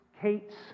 Kate's